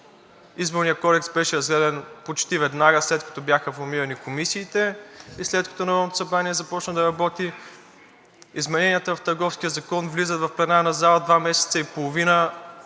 Изборният кодекс беше разгледан почти веднага, след като бяха бламирани комисиите и след като Народното събрание започна да работи. Измененията в Търговския закон влизат в пленарната зала два месеца и половина,